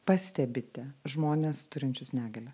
pastebite žmones turinčius negalią